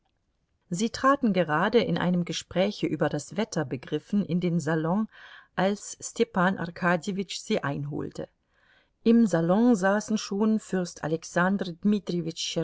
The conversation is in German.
sie traten gerade in einem gespräche über das wetter begriffen in den salon als stepan arkadjewitsch sie einholte im salon saßen schon fürst